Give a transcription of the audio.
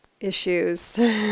issues